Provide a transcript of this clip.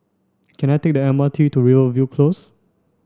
can I take the M R T to Rivervale Close